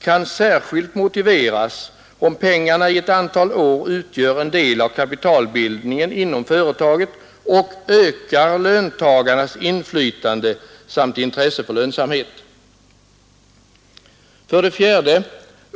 kan särskilt motiveras om pengarna i ett antal år utgör en del av kapitalbildningen inom företaget och ökar löntagarnas inflytande samt intresse för lönsamhet.” 4.